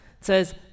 says